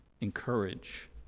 encourage